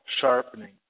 sharpening